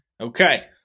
Okay